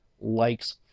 likes